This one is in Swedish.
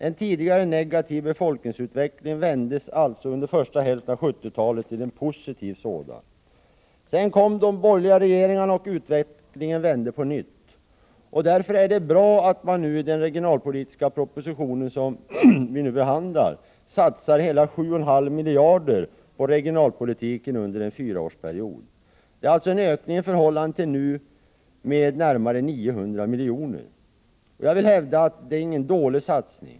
En tidigare negativ befolkningsutveckling vändes alltså under första hälften av 1970-talet till en positiv sådan. Sedan kom de borgerliga regeringarna, och utvecklingen vände på nytt. Därför är det bra att man nu i den regionalpolitiska proposition som vi behandlar satsar hela 7,5 miljarder kronor på regionalpolitiken under en fyraårsperiod. Det är alltså en ökning med närmare 900 miljoner. Jag vill hävda att detta inte är någon dålig satsning.